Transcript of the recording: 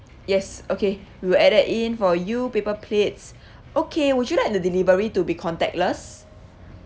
yes okay we will add it in for you paper plates okay would you like the delivery to be contactless